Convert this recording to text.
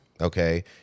Okay